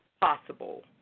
possible